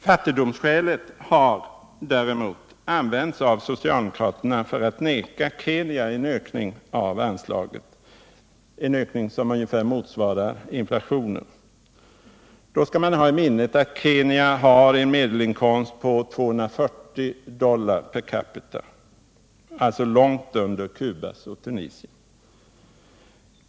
Fattigdomsskälet har däremot använts av socialdemokraterna för att neka Kenya en ökning av anslaget vilken motsvarar ungefär inflationen. Då skall man ha i minnet att Kenya bara har en medelinkomst på 240 dollar per capita, alltså långt under Cubas och Tunisiens.